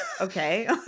okay